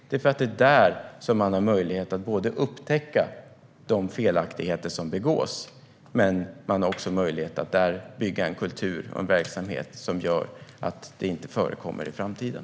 Det är där man har möjlighet både att upptäcka de felaktigheter som begås och att bygga en kultur och en verksamhet som gör att det inte förekommer i framtiden.